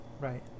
Right